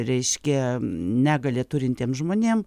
reiškia negalią turintiem žmonėm